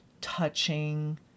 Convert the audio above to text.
touching